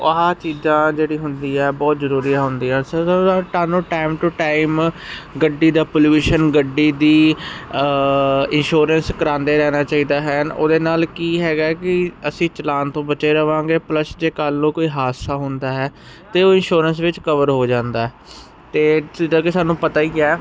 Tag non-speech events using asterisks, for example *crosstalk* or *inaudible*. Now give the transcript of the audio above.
ਆਹ ਚੀਜ਼ਾਂ ਜਿਹੜੀ ਹੁੰਦੀ ਹੈ ਬਹੁਤ ਜ਼ਰੂਰੀਆਂ ਹੁੰਦੀ *unintelligible* ਸਾਨੂ ਟਾਈਮ ਟੂ ਟਾਈਮ ਗੱਡੀ ਦਾ ਪੋਲਿਊਸ਼ਨ ਗੱਡੀ ਦੀ ਇੰਸ਼ੋਰੈਂਸ ਕਰਾਉਂਦੇ ਰਹਿਣਾ ਚਾਹੀਦਾ ਹੈ ਉਹਦੇ ਨਾਲ ਕੀ ਹੈਗਾ ਕਿ ਅਸੀਂ ਚਲਾਨ ਤੋਂ ਬਚੇ ਰਹਾਂਗੇ ਪਲਸ ਜੇ ਕੱਲ੍ਹ ਨੂੰ ਕੋਈ ਹਾਦਸਾ ਹੁੰਦਾ ਹੈ ਅਤੇ ਉਹ ਇੰਸ਼ੋਰੈਂਸ ਵਿੱਚ ਕਵਰ ਹੋ ਜਾਂਦਾ ਅਤੇ ਜਿੱਦਾਂ ਕਿ ਸਾਨੂੰ ਪਤਾ ਹੀ ਹੈ